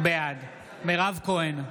בעד מירב כהן,